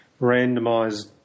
randomised